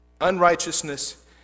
Unrighteousness